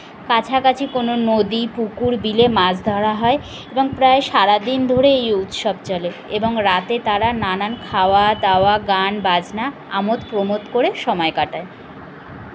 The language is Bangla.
কাছাকাছি কোনো নদী পুকুর বিলে মাছ ধরা হয় এবং প্রায় সারা দিন ধরে এই উৎসব চলে এবং রাতে তারা নানান খাওয়া দাওয়া গান বাজনা আমোদ প্রমোদ করে সময় কাটায়